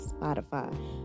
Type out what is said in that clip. Spotify